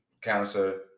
cancer